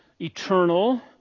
eternal